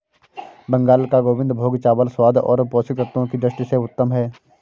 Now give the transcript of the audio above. बंगाल का गोविंदभोग चावल स्वाद और पोषक तत्वों की दृष्टि से उत्तम है